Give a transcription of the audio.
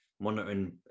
monitoring